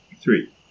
Three